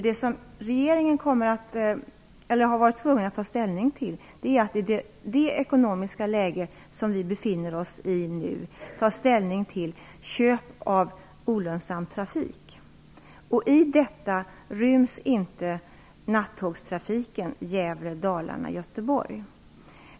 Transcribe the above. Det som regeringen har varit tvungen att ta ställning till är köp av olönsam trafik i det ekonomiska läge som vi nu befinner oss i. I detta ryms inte nattågstrafiken Gävle-Dalarna-Göteborg.